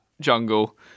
jungle